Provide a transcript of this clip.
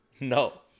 No